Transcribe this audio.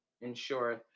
ensure